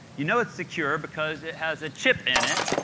you know it's secure because it has a chip in it,